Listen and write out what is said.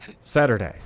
Saturday